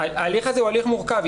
ההליך הזה הוא הליך מורכב.